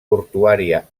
portuària